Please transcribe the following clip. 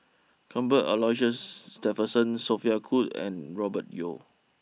Cuthbert Aloysius Shepherdson Sophia Cooke and Robert Yeo